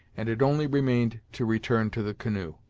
and it only remained to return to the canoe.